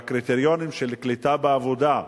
עם הקריטריונים של קליטה בעבודה,